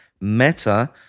Meta